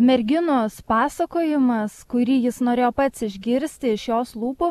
merginos pasakojimas kurį jis norėjo pats išgirsti iš jos lūpų